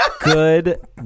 Good